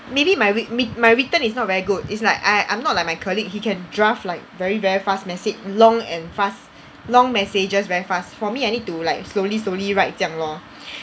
maybe my wri~ wri~ my written is not very good it's like I I'm not like my colleague he can draft like very very fast message long and fast long messages very fast for me I need to like slowly slowly write 这样 lor